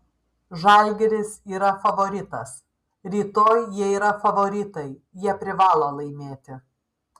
žalgiris yra favoritas rytoj jie yra favoritai jie privalo laimėti